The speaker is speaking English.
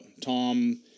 Tom